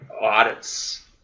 audits